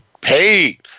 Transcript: paid